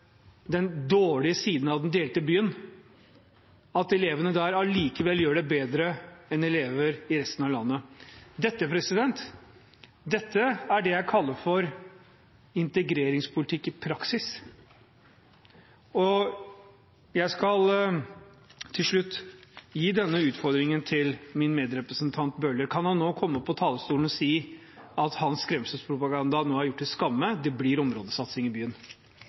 den dårlige siden av den delte byen. Dette kaller jeg for integreringspolitikk i praksis. Til slutt skal jeg gi denne utfordringen til min medrepresentant Bøhler. Kan han nå komme på talerstolen og si at hans skremselspropaganda nå er gjort til skamme? Det blir områdesatsing i byen.